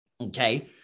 okay